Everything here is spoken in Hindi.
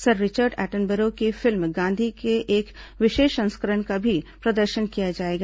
सर रिचर्ड एटनबरो की फिल्म गांधी के एक विशेष संस्करण का भी प्रदर्शन किया जाएगा